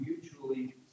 mutually